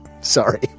Sorry